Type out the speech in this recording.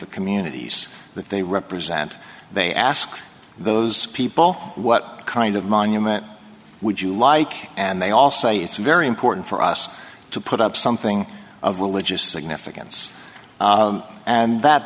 the communities that they represent they ask those people what kind of monument would you like and they all say it's very important for us to put up something of religious significance and that